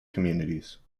communities